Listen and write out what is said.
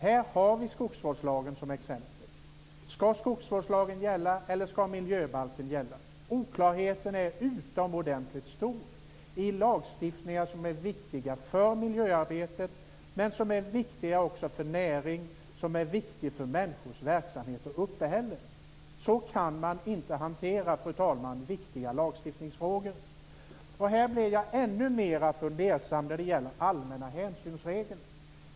Vi kan ta skogsvårdslagen som exempel. Skall skogsvårdslagen gälla eller skall miljöbalken gälla? Oklarheten är utomordentligt stor i lagstiftningar som är viktiga för miljöarbetet och även för näringarna och människors verksamheter och uppehälle. Så kan man inte hantera viktiga lagstiftningsfrågor, fru talman. Jag blir ännu mer fundersam när det gäller den allmänna hänsynsregeln.